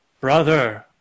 brother